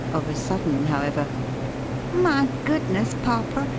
of a sudden, however my goodness, popper,